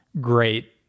great